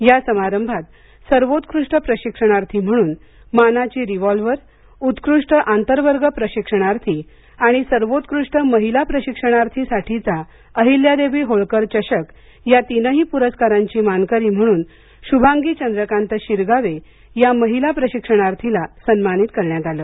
या समारंभात सर्वोत्कृष्ट प्रशिक्षणार्थी म्हणून मानाची रिव्हॉल्वर उत्कृष्ट आंतरवर्ग प्रशिक्षणार्थी सर्वोत्कृष्ट महिला प्रशिक्षणार्थी साठीचा अहिल्यादेवी होळकर चषक या तीनही प्रस्कारांची मानकरी म्हणून श्भांगी चंद्रकांत शिरगावे या महिला प्रशिक्षणार्थीला सन्मानित करण्यात आलं